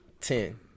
Ten